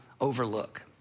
overlook